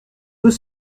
deux